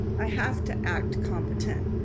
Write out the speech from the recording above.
i have to act competent.